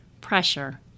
pressure